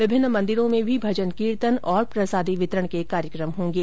विभिन्न मंदिरों में भी भजन कीर्तन और प्रसादी वितरण के कार्यक्रम होंगे